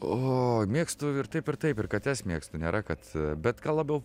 o mėgstu ir taip ir taip ir kates mėgstu nėra kad bet gal labiau